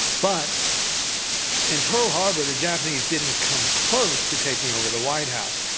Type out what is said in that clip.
but in pearl harbor, the japanese didn't come close to taking over the white house.